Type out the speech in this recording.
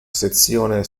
sezione